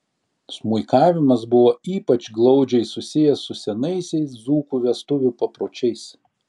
smuikavimas buvo ypač glaudžiai susijęs su senaisiais dzūkų vestuvių papročiais